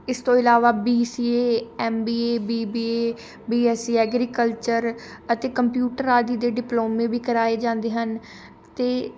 ਇਸ ਤੋਂ ਇਲਾਵਾ B C A M B A B B A B S C agriculture ਅਤੇ computer ਆਦਿ ਦੇ ਡਿਪਲੋਮੇ ਵੀ ਕਰਵਾਏ ਜਾਂਦੇ ਹਨ ਅਤੇ